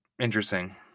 Interesting